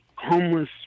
homeless